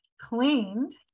cleaned